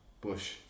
Bush